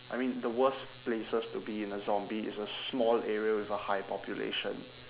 I mean the worst places to be in a zombie is a small area with a high population